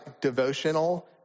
devotional